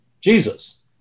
Jesus